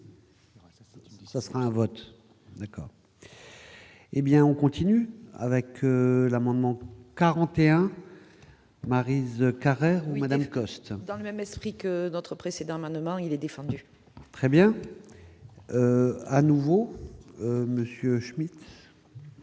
ça sera un vote d'accord, hé bien on continue avec l'amendement 41 Maryse Carrère ou Madame Coste dans le même esprit que notre précédent, maintenant il est défendu très bien à nouveau Monsieur